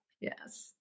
yes